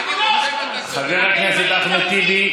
חבר הכנסת אחמד טיבי,